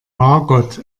margot